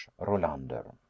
Rolander